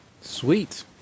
Sweet